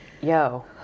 Yo